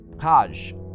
Hajj